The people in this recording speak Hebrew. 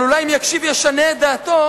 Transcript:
אבל אולי אם יקשיב ישנה את דעתו,